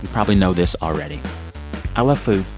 probably know this already i love food.